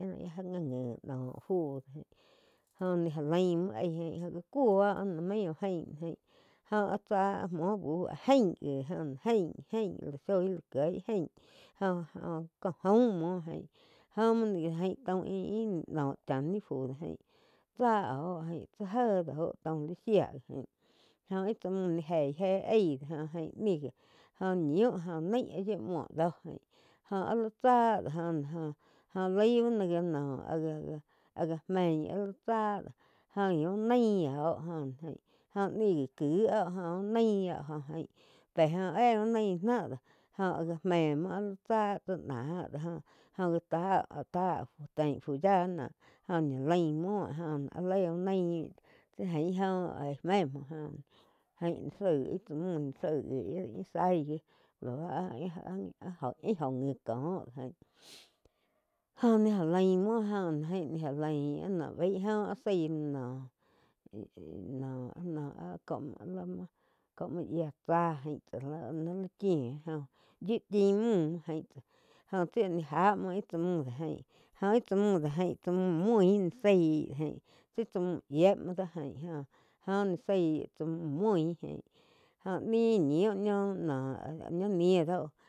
Ja li ngi noh fú jóh ni já laim muo aig ain já cou áh main có jain aí jóh áh zá muo bu ain gi jó náh ain, ain la shoi lá kieh ain jóh có jaum muo ain. Jo muo ni gá jain taum íh noh chá ni fu do aín tsá oh jain jé dau taum li shíah jóh íh chá múh ni jeí éh ai doh jó jain nih gi óh ñiu jo naí. Ah yiú muo do jain joh áh li tsá do jo náh jo laí bá no áh ja neín áh li tsá doh óh gi úh naín óh jóh ni gii ki óh óh úh naín óh joh pé óh éh úh naín náh dóh. Jóh áh gá méh muo áh tsáh tsá na dóh jo ja ta-ta tein fu yá muo jóh ñi laim muo joh náh áh li úh naim do tsi jain óh aig néh muo aín zaig íh tsá múh záig gi íh zaíg gi laú áh íh gó ngi cóh jóh ni já laim muo joh jaín ni já lain áh noh baig óh áh zaí no-no-no áh có-có múo yía tsáh ain tsáh íh ní lá chíu joh yíu chim múh jain jóh tsi nih já muo íh tsá múh jain óh íh tsá múh do jaín tsá múh mui ni zaí do jaín tsí tsá múh yié muo dóh jaín óh ni zái tsá múh muí aín óh nih ñiu, ñiuh noh áh-áh ni níh daú.